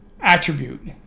attribute